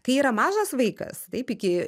kai yra mažas vaikas taip iki